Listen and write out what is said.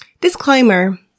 Disclaimer